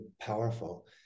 powerful